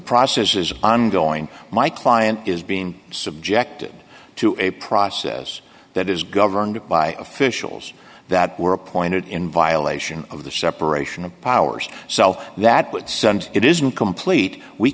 process is ongoing my client is being subjected to a process that is governed by officials that were appointed in violation of the separation of powers so that would sound it isn't complete we